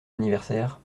anniversaire